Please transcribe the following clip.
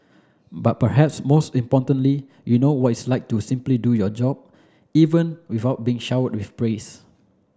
but perhaps most importantly you know what is like to simply do your job even without being showered with praise